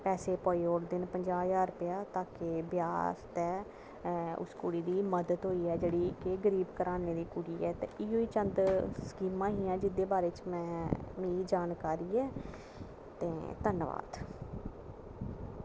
पैसे पोआई ओड़दे न पंजाह् ज्हार रपेआ के ब्याह् आस्तै ते उस कुड़ी दी मदद होई जा जेह्ड़ी की गरीब घराने दी कुड़ी ऐ इयै चंद स्कीमां हियां जेह्दे बारै च मिगी जानकारी ऐ ते धन्नबाद